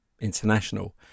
International